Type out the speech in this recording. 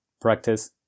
practice